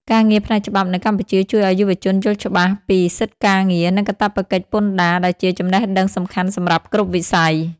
ការងារផ្នែកច្បាប់នៅកម្ពុជាជួយឱ្យយុវជនយល់ច្បាស់ពីសិទ្ធិការងារ និងកាតព្វកិច្ចពន្ធដារ ដែលជាចំណេះដឹងសំខាន់សម្រាប់គ្រប់វិស័យ។